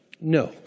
No